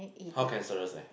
how cancerous leh